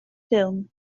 ffilm